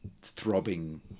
throbbing